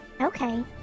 Okay